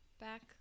Back